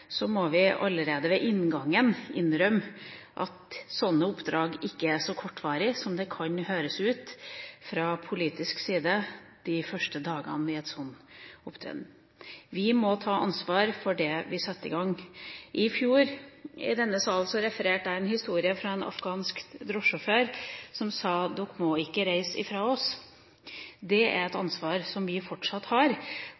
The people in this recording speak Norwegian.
så kortvarige som det kan høres ut for fra politisk side de første dagene i en slik opptreden. Vi må ta ansvar for det vi setter i gang. I fjor i denne salen refererte jeg en historie fra en afghansk drosjesjåfør som sa: Dere må ikke reise fra oss. Vi har fortsatt et ansvar for å bygge videre på det